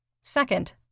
Second